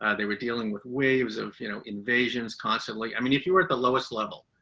ah they were dealing with waves of you know invasions constantly. i mean, if you were at the lowest level,